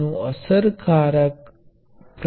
હું તેમને સમાંતર જોડું છું